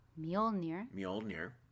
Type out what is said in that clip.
Mjolnir